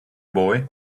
boy